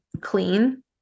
clean